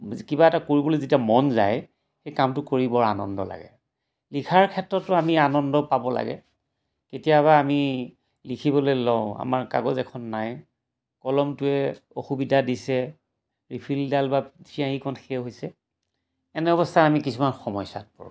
কিবা এটা কৰিবলৈ যেতিয়া মন যায় সেই কামটো কৰি বৰ আনন্দ লাগে লিখাৰ ক্ষেত্ৰতো আমি আনন্দ পাব লাগে কেতিয়াবা আমি লিখিবলৈ লওঁ আমাৰ কাগজ এখন নাই কলমটোৱে অসুবিধা দিছে ৰিফিলডাল বা চিয়াঁহীকণ শেষ হৈছে এনে অৱস্থাত আমি কিছুমান সমস্যাত পৰোঁ